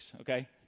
okay